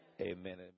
amen